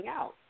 out